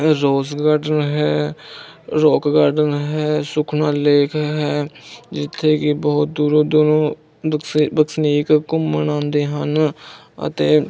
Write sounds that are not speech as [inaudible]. ਰੋਜ਼ garden ਹੈ rock garden ਹੈ Sukhna lake ਹੈ ਜਿੱਥੇ ਕਿ ਬਹੁਤ ਦੂਰੋਂ ਦੂਰੋਂ [unintelligible] ਵਸਨੀਕ ਘੁੰਮਣ ਆਉਂਦੇ ਹਨ ਅਤੇ